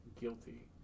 guilty